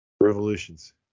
Revolutions